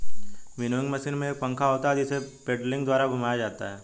winnowing machine में एक पंखा होता है जिसे पेडलिंग द्वारा घुमाया जाता है